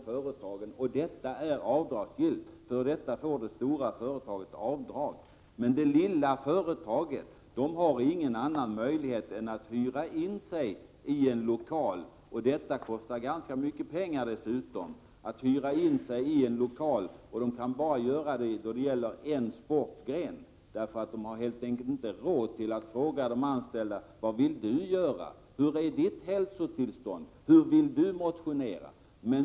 För detta får det stora företaget göra avdrag. Det lilla företaget har ingen annan möjlighet än att hyra in sig i en lokal. Det kostar ganska mycket pengar, och det kan bara bli fråga om en sportgren. Företaget har helt enkelt inte råd att fråga de anställda: Hur är ditt hälsotillstånd? Hur vill du motionera?